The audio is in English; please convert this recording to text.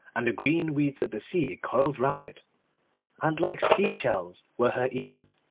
and the green weeds of the sea coiled round it and like sea-shells were her ears,